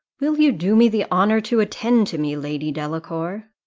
will you do me the honour to attend to me, lady delacour?